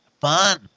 fun